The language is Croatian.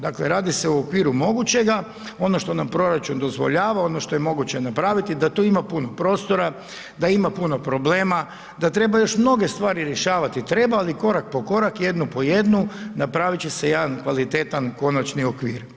Dakle, radi se u okviru mogućega, ono što nam proračun dozvoljava, ono što je moguće napraviti, da tu ima puno prostora, da ima puno problema, da treba još mnoge stvari rješavati, treba, ali korak po korak, jednu po jednu, napravit će se jedan kvalitetan konačni okvir.